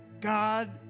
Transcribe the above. God